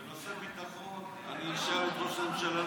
בנושאי ביטחון אני אשאל את ראש הממשלה נתניהו,